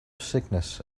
sickness